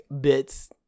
bits